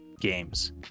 games